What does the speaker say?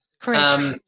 Correct